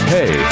Hey